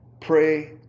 Pray